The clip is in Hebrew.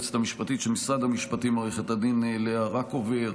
ליועצת המשפטית של משרד המשפטים עו"ד לאה רקובר,